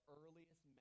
earliest